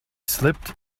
slipped